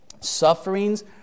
Sufferings